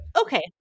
Okay